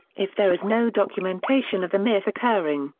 if there is no documentation of the myth occurring,